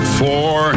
four